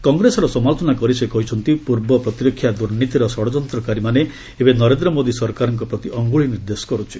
କଂଗ୍ରେସର ସମାଲୋଚନା କରି ସେ କହିଛନ୍ତି ପୂର୍ବ ପ୍ରତିରକ୍ଷା ଦ୍ରର୍ନୀତିର ଷଡଯନ୍ତ୍ରକାରୀମାନେ ଏବେ ନରେନ୍ଦ୍ର ମୋଦି ସରକାରଙ୍କ ପ୍ରତି ଅଙ୍ଗୁଳି ନିର୍ଦ୍ଦେଶ କରୁଛି